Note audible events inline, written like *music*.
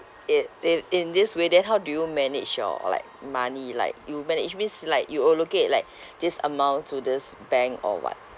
it in in this way then how do you manage your like money like you manage means like you allocate *breath* like this amount to this bank or what